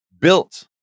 built